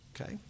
Okay